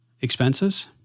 expenses